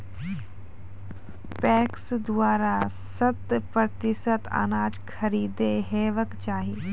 PACS द्वारा शत प्रतिसत अनाज खरीद हेवाक चाही?